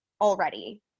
already